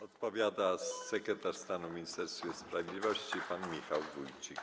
Odpowiada sekretarz stanu w Ministerstwie Sprawiedliwości pan Michał Wójcik.